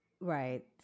Right